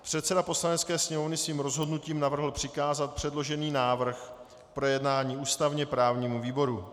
Předseda Poslanecké sněmovny svým rozhodnutím navrhl přikázat předložený návrh k projednání ústavněprávnímu výboru.